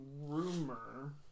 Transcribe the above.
rumor